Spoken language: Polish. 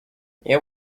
nie